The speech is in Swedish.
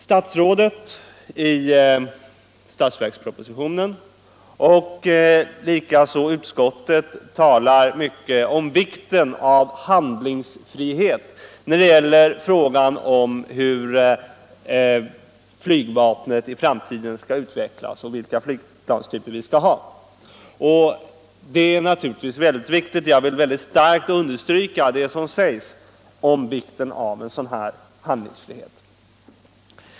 Statsrådet talar i statsverkspropositionen, liksom utskottet i betänkandet, mycket om vikten av handlingsfrihet i fråga om hur flygvapnet i framtiden skall utvecklas och vilka flygplanstyper vi skall ha. Jag vill starkt understryka det som sägs om vikten av en sådan handlingsfrihet.